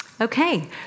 Okay